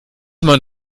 man